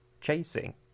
chasing